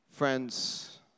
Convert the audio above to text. Friends